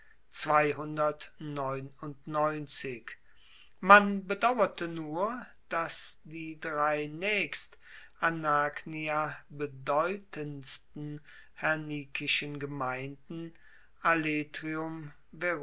man bedauerte nur dass die drei naechst anagnia bedeutendsten hernikischen gemeinden